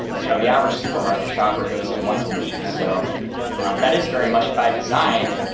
you know, the average supermarket shopper goes in once a week. so that is very much by design.